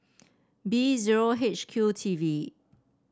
B zero H Q T V